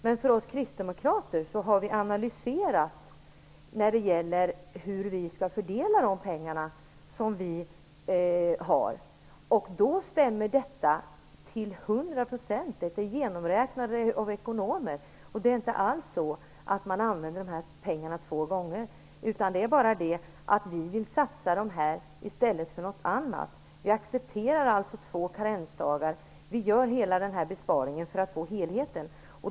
Men vi kristdemokrater har analyserat hur vi skall fördela de pengar som vi har, och då stämmer detta till 100 %. Detta är genomräknat av ekonomer. Det är inte alls så att man använder pengarna två gånger. Vi vill i stället satsa de här pengarna på något annat. Vi accepterar två karensdagar. Vi gör den besparingen för att få helheten.